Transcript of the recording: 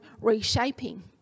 reshaping